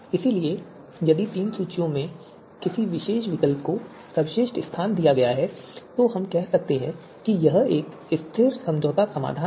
इसलिए यदि तीनों सूचियों में किसी विशेष विकल्प को सर्वश्रेष्ठ स्थान दिया गया है तो हम कह सकते हैं कि यह एक स्थिर समझौता समाधान है